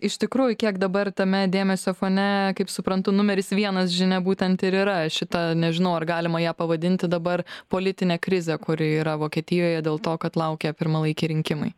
iš tikrųjų kiek dabar tame dėmesio fone kaip suprantu numeris vienas žinia būtent ir yra šita nežinau ar galima ją pavadinti dabar politine krize kuri yra vokietijoje dėl to kad laukia pirmalaikiai rinkimai